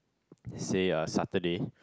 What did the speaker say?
say uh Saturday